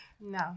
No